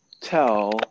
tell